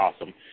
Awesome